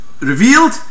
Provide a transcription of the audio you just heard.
revealed